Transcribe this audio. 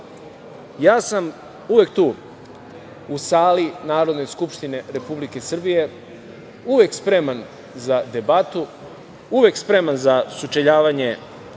Ja sam uvek tu u sali Narodne skupštine Republike Srbije, uvek spreman za debatu, uvek spreman za sučeljavanje